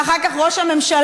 ואחר כך ראש הממשלה,